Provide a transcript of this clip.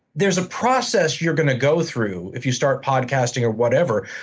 there's a process you're going to go through if you start podcasting or whatever,